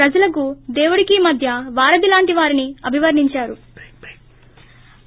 ప్రజలకు దేవుడికి మధ్య వారధిలాంటి వారని అభివర్ణించారు